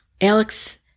Alex